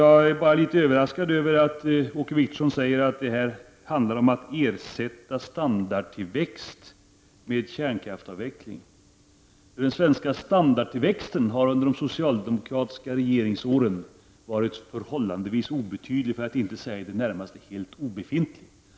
Jag är bara litet överraskad över att Åke Wictorsson säger att det här handlar om att ersätta standardtillväxt med kärnkraftsavveckling. Den svenska standardtillväxten har under de socialdemokratiska regeringsåren varit förhållandevis obetydlig, för att inte säga i det närmaste obefintlig.